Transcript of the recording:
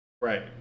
right